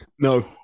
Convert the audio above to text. No